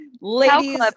Ladies